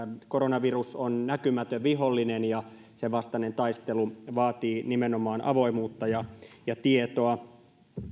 koronavirus on näkymätön vihollinen ja sen vastainen taistelu vaatii nimenomaan avoimuutta ja ja tietoa